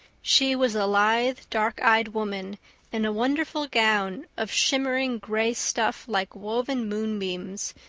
she was a lithe, dark-eyed woman in a wonderful gown of shimmering gray stuff like woven moonbeams,